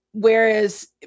Whereas